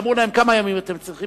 אמרו להם: כמה ימים אתם צריכים?